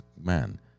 man